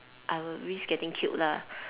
I will risk getting killed lah